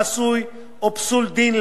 חסוי או פסול דין,